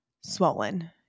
swollen